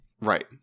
Right